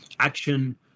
action